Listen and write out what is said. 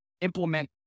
implement